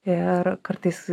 ir kartais